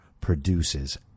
produces